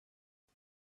you